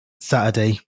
Saturday